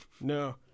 No